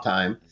Time